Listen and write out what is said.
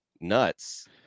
nuts